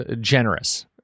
generous